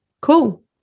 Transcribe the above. cool